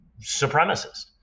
supremacist